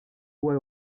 bois